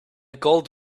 gold